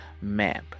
map